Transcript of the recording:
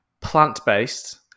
Plant-based